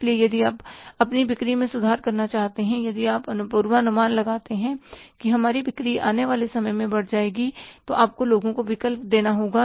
इसलिए यदि आप अपनी बिक्री में सुधार करना चाहते हैं यदि आप पूर्वानुमान लगाते हैं कि हमारी बिक्री आने वाले समय में बढ़ जाएगी तो आपको लोगों को विकल्प देना होगा